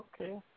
okay